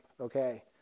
okay